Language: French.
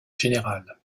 générales